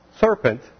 serpent